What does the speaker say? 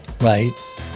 right